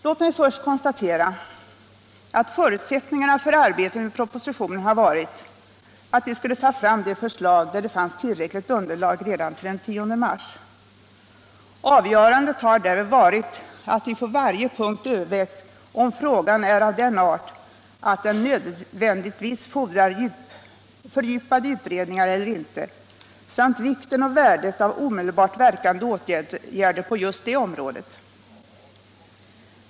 Låt mig då först konstatera att förutsättningarna för arbetet med propositionen har varit att vi skulle ta fram de förslag där det fanns tillräckligt underlag redan till den 10 mars. Avgörande har därvid varit att vi på varje punkt övervägt om frågan är av den art att den nödvändigtvis fordrar fördjupade utredningar eller inte, samt vikten och värdet av omedelbart verkande åtgärder på just det området.